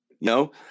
no